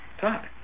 Talk